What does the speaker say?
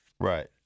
Right